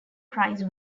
prize